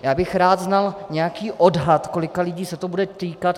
Já bych rád znal nějaký odhad, kolika lidí se to bude týkat.